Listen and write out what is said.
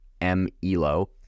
M-ELO